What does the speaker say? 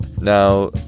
now